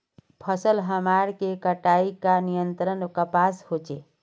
फसल हमार के कटाई का नियंत्रण कपास होचे?